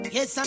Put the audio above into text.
Yes